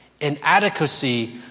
inadequacy